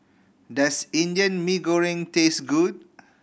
does Indian Mee Goreng taste good